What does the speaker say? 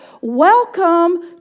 welcome